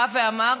בא ואמר: